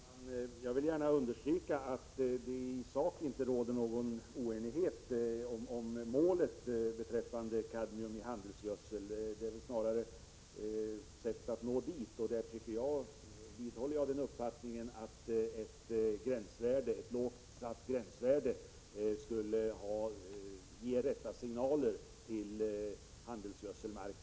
Herr talman! Jag vill gärna understryka att det i sak inte råder någon oenighet om målet när det gäller frågan om kadmium i handelsgödsel. Det är väl snarast i fråga om vägarna att nå det målet som uppfattningarna skiljer sig. Jag vidhåller uppfattningen att ett lågt satt gränsvärde skulle ge de rätta signalerna till handelsgödselmarknaden.